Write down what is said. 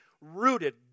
rooted